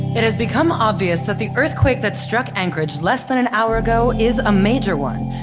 it has become obvious that the earthquake that struck anchorage less than an hour ago is a major one.